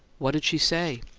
what did she say?